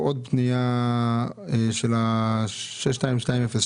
אבל לאחר מכן יש פה עוד פנייה של 06-22-02,